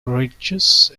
ridges